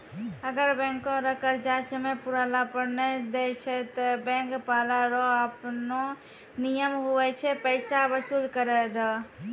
अगर बैंको रो कर्जा समय पुराला पर नै देय छै ते बैंक बाला रो आपनो नियम हुवै छै पैसा बसूल करै रो